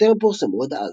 שטרם פורסמו עד אז.